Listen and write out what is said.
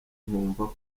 nkumva